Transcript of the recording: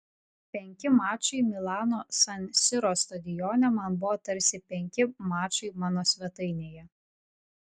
penki mačai milano san siro stadione man buvo tarsi penki mačai mano svetainėje